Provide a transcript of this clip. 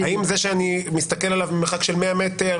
האם זה שאני מסתכל עליו ממרחק של 200-100 מטר?